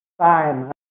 time